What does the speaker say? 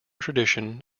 tradition